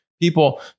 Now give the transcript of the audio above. people